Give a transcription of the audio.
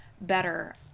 better